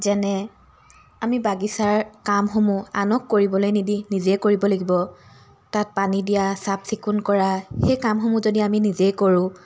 যেনে আমি বাগিচাৰ কামসমূহ আনক কৰিবলৈ নিদি নিজেই কৰিব লাগিব তাত পানী দিয়া চাফ চিকুণ কৰা সেই কামসমূহ যদি আমি নিজেই কৰোঁ